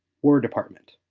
war department,